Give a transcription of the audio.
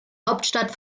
hauptstadt